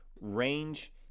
range